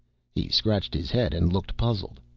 he scratched his head and looked puzzled,